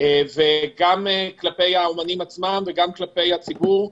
גם כלפי האומנים עצמם וגם כלפי הציבור.